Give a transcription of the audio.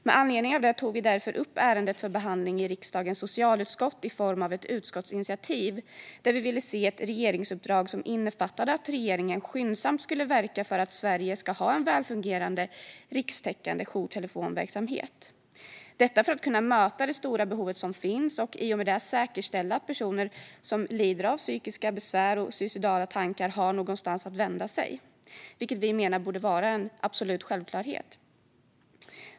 Med anledning av detta tog vi upp ärendet för behandling i riksdagens socialutskott i form av ett utskottsinitiativ, där vi ville se ett regeringsuppdrag som innefattade att regeringen skyndsamt skulle verka för att Sverige ska ha en välfungerande, rikstäckande jourtelefonverksamhet. Detta för att kunna möta det stora behovet som finns och i och med det säkerställa att personer som lider av psykiska besvär och suicidala tankar har någonstans att vända sig, vilket vi menar borde vara en absolut självklarhet.